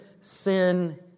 sin